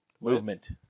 movement